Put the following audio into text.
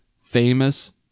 Famous